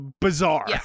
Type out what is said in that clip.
bizarre